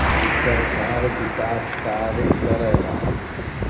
सरकार विकास कार्य करला